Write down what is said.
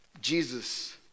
Jesus